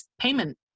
payment